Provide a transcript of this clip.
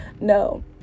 No